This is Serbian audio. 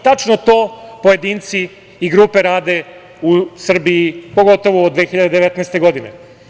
Tačno to pojedinci i grupe rade u Srbiji, pogotovo od 2019. godine.